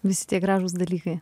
visi tie gražūs dalykai